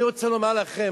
אני רוצה להגיד לכם,